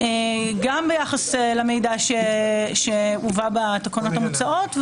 גם ביחס למידע שהובא בתקנות המוצעות,